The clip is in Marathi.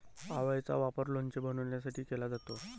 आवळेचा वापर लोणचे बनवण्यासाठी केला जातो